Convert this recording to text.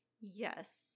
Yes